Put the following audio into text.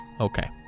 Okay